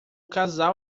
casal